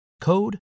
code